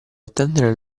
attendere